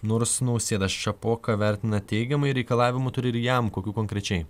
nors nausėda šapoką vertina teigiamai reikalavimų turi ir jam kokių konkrečiai